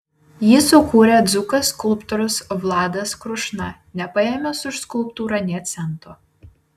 jį sukūrė dzūkas skulptorius vladas krušna nepaėmęs už skulptūrą nė cento